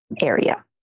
area